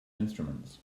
instruments